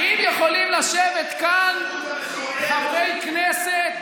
האם יכולים לשבת כאן חברי כנסת